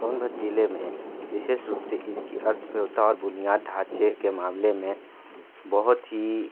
सोनभद्र जिले में विशेष रूप से इसकी अर्थव्यवस्था और बुनियादी ढांचे के मामले में बहुत ही